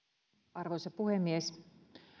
arvoisa puhemies